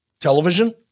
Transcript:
television